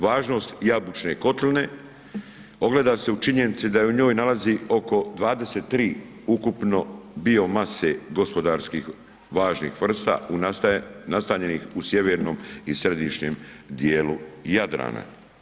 Važnost jabučne kotline ogleda se u činjenici da se u njoj nalazi oko 23 ukupno biomase gospodarskih važnih vrsta nastanjenih u sjevernom i središnjem dijelu Jadrana.